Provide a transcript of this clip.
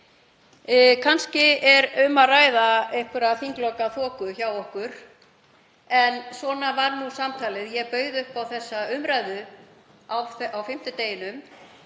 Kannski er um að ræða einhverja þinglokaþoku hjá okkur, en svona var samtalið. Ég bauð upp á þessa umræðu á fimmtudeginum.